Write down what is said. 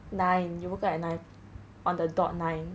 nine you woke up at nine on the dot nine